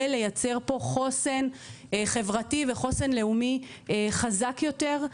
לייצר פה חוסן חברתי וחוסן לאומי חזק יותר,